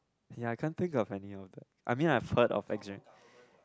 ya I can't think of any of the I mean i've heard of